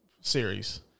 series